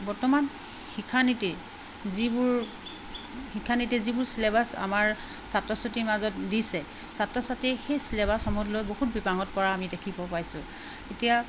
বৰ্তমান শিক্ষানীতিৰ যিবোৰ শিক্ষানীতি যিবোৰ চিলেবাছ আমাৰ ছাত্ৰ ছাত্ৰীৰ মাজত দিছে ছাত্ৰ ছাত্ৰীয়ে সেই চিলেবাছসমূহক লৈ বহুত বিপাঙত পৰা আমি দেখিব পাইছোঁ এতিয়া